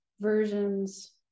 versions